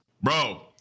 Bro